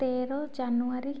ତେର ଜାନୁୟାରୀ